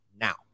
now